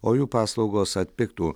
o jų paslaugos atpigtų